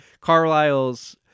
carlisle's